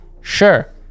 sure